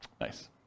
Nice